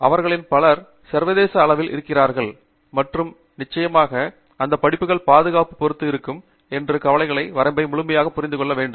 அவர்களில் பலர் சர்வதேச அளவில் இருக்கிறார்கள் மற்றும் நிச்சயமாக அந்த படிப்புகள் பாதுகாப்பு பொறுத்து இருக்கும் என்று கவலைகள் வரம்பை முழுமையாக புரிந்து கொள்ள வேண்டும்